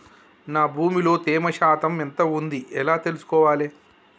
నా భూమి లో తేమ శాతం ఎంత ఉంది ఎలా తెలుసుకోవాలే?